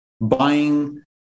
buying